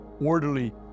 orderly